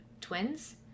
twins